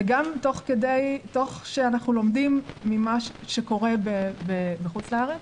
וגם תוך שאנחנו לומדים ממה שקורה בחוץ לארץ.